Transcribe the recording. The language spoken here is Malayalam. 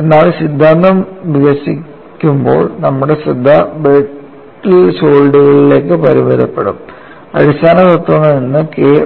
എന്നാൽ സിദ്ധാന്തം വികസിപ്പിക്കുമ്പോൾ നമ്മുടെ ശ്രദ്ധ ബ്രിട്ടിൽ സോളിഡുകളിലേക്ക് പരിമിതപ്പെടുത്തും അടിസ്ഥാന തത്വങ്ങളിൽ നിന്ന് K I